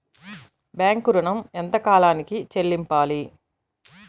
Bank ఋణం ఎంత కాలానికి చెల్లింపాలి?